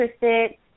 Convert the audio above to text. interested